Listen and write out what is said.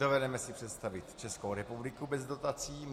Dovedeme si představit Českou republiku bez dotací.